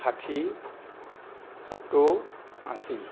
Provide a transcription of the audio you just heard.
ষাঠি সত্তৰ আশী